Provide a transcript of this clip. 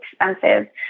expensive